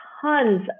tons